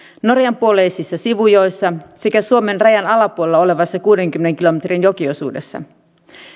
norjan puoleisissa sivujoissa sekä suomen rajan alapuolella olevassa kuudenkymmenen kilometrin jokiosuudessa